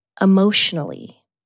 emotionally